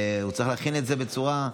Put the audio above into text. והוא צריך להכין את זה בצורה,